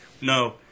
no